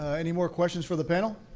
any more questions for the panel?